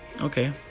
Okay